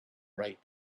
right